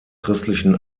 christlichen